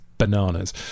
bananas